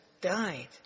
died